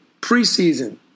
preseason